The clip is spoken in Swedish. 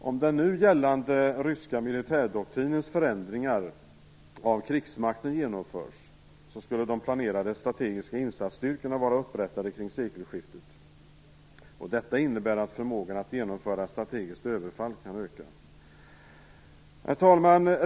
Om den gällande ryska militärdoktrinens förändringar av krigsmakten genomförs skulle de planerade strategiska insatsstyrkorna vara upprättade kring sekelskiftet. Detta innebär att förmågan att genomföra strategiskt överfall kan öka. Herr talman!